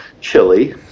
chili